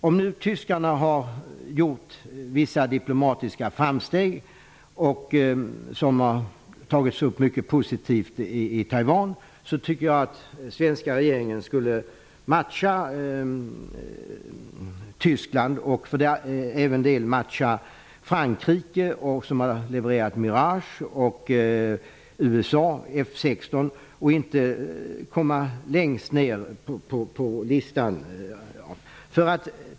Om nu tyskarna har gjort vissa diplomatiska framsteg, som har tagits emot mycket positivt av Taiwan, tycker jag att svenska regeringen skulle matcha Tyskland och även Frankrike som har levererat Mirage och USA som har levererat F 16 för att inte komma längst ner på listan.